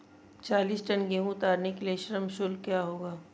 चालीस टन गेहूँ उतारने के लिए श्रम शुल्क क्या होगा?